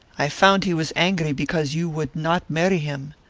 i found he was angry because you would not marry him.